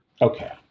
Okay